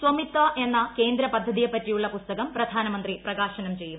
സ്വമിത്വ എന്ന് കേന്ദ്ര പദ്ധതിയെപ്പറ്റിയുള്ള പുസ്തകം പ്രധാനമന്ത്രി പ്രകാശനം ചെയ്യും